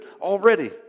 already